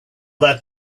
that